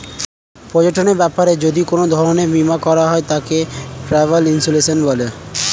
পর্যটনের ব্যাপারে যদি কোন ধরণের বীমা করা হয় তাকে ট্র্যাভেল ইন্সুরেন্স বলে